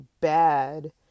bad